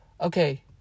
okay